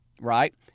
right